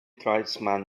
tribesman